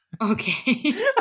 Okay